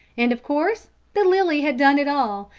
and of course the lily had done it all,